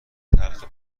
تلخ